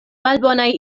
malbonaj